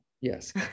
Yes